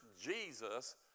Jesus